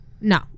no